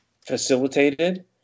facilitated